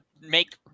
make